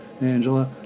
Angela